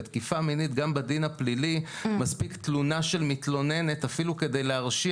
בתקיפה מינית גם בדין הפלילי מספיק תלונה של מתלוננת אפילו כדי להרשיע,